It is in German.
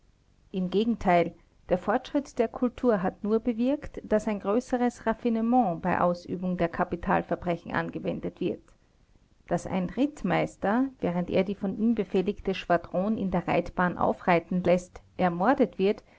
im gegenteil der fortschritt der kultur hat nur bewirkt daß ein größeres raffinement bei ausübung der kapitalverbrechen angewendet wird daß ein rittmeister während er die von ihm befehligte schwadron in der reitbahn aufreiten läßt ermordet wird